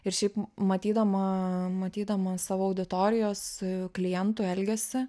ir šiaip matydama matydama savo auditorijos klientų elgesį